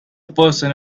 person